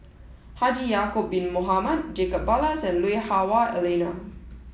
Haji Ya'acob Bin Mohamed Jacob Ballas and Lui Hah Wah Elena